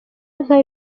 nka